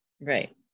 Right